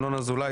ינון אזולאי,